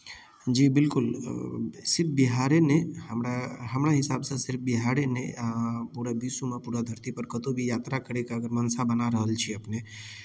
जी बिलकुल बेसी बिहारे नहि हमरा हमरा हिसाबसँ सिर्फ बिहारे नहि पूरा विश्वमे पूरा धरतीपर कतहु भी यात्रा करयके अगर मनसा बना रहल छी अपने